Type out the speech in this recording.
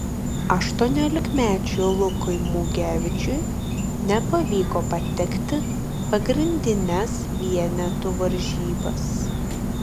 aštuoniolikmečiui lukui mugevičiui nepavyko patekti pagrindines vienetų varžybas